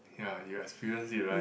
ya you experience it right